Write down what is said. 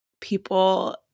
people –